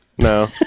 No